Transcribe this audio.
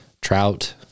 trout